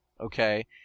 Okay